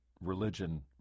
religion